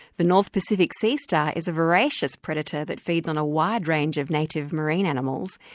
the north pacific sea star is a voracious predator that feeds on a wide range of native marine animals.